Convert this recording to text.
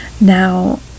Now